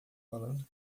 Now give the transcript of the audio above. falando